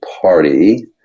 Party